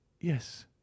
Yes